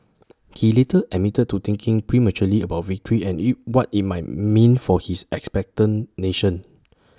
he later admitted to thinking prematurely about victory and you what IT might mean for his expectant nation